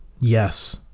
Yes